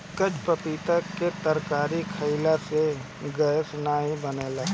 काच पपीता के तरकारी खयिला से गैस नाइ बनेला